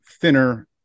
thinner